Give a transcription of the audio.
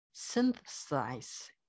synthesize